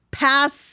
pass